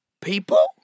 people